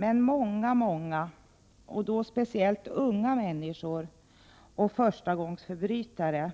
Men många, speciellt unga människor och förstagångsförbrytare,